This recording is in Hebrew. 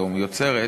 היום יוצרת,